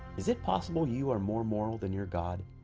is it possible you are more moral than your god?